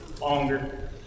longer